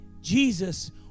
Jesus